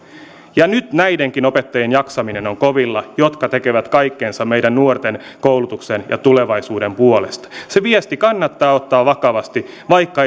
nyt näidenkin opettajien jaksaminen on kovilla opettajien jotka tekevät kaikkensa meidän nuortemme koulutuksen ja tulevaisuuden puolesta se viesti kannattaa ottaa vakavasti vaikka